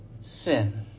sin